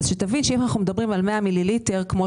תבין שאם אנחנו מדברים על 100 מיליליטר כמו